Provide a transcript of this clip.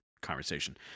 conversation